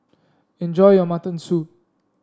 enjoy your Mutton Soup